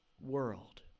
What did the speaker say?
world